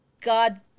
God